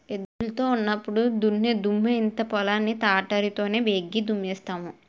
ఎద్దులు తో నెప్పుడు దున్నుదుము ఇంత పొలం ని తాటరి తోనే బేగి దున్నేన్నాము